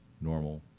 normal